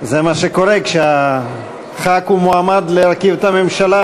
זה מה שקורה כשחבר הכנסת שמועמד להרכיב את הממשלה,